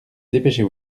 dépêchez